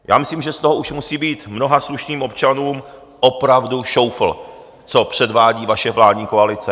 Já myslím, že z toho už musí být mnoha slušným občanům opravdu šoufl, co předvádí vaše vládní koalice.